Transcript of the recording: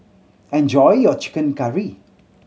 enjoy your chicken curry